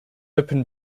open